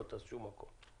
לא טס לשום מקום.